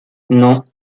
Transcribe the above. non